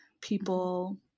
people